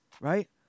right